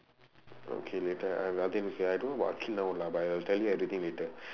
okay later I will update I don't know about akhil now but I'll tell you everything later